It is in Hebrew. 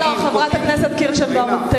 חברת הכנסת קירשנבאום,